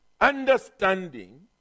understanding